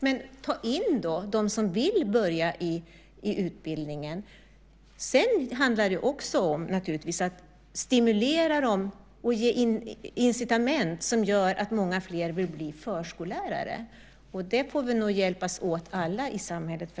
Men ta in dem som vill börja i utbildningen! Sedan handlar det naturligtvis också om att stimulera och ge incitament som gör att många fler vill bli förskollärare. För att klara av det får vi nog hjälpas åt alla i samhället.